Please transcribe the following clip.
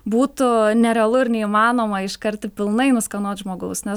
būtų nerealu ir neįmanoma iškart taip pilnai nuskenuot žmogaus nes